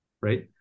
right